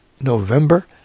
November